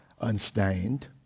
unstained